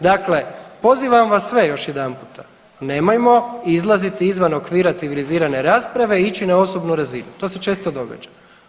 Dakle, pozivam vas sve još jedanputa, nemojmo izlaziti izvan okvira civilizirane rasprave i ići na osobnu razinu, to se često događa.